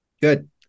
Good